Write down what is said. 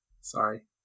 Sorry